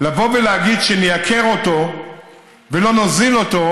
להגיד שנייקר אותו ולא נוזיל אותו,